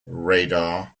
radar